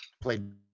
played